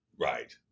right